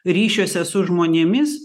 ryšiuose su žmonėmis